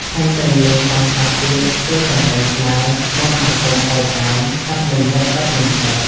ថែមទាំងមានសង្ឃខ្លះទៀត ធ្វើកន្សែងស្នេហ៍ មន្តអាគមអូមអាម កាប់មិនមុតដុតមិនឆេះ ។